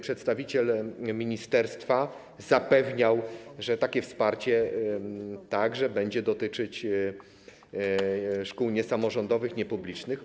Przedstawiciel ministerstwa zapewniał, że takie wsparcie będzie dotyczyć także szkół niesamorządowych, niepublicznych.